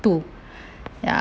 to ya